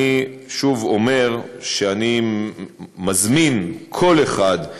אני שוב אומר שאני מזמין כל אחד,